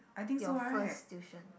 your first tuition